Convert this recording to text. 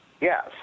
Yes